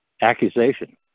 accusation